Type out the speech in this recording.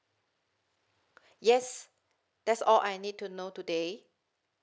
yes that's all I need to know today